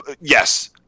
Yes